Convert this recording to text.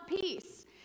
peace